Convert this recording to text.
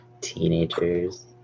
teenagers